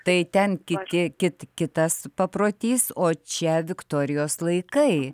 tai ten kiti kitas paprotys o čia viktorijos laikai